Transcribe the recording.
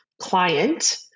client